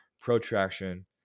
protraction